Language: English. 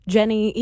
Jenny